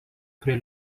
prie